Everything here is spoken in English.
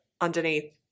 underneath